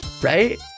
Right